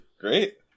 Great